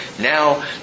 Now